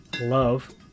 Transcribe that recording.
love